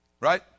Right